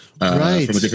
Right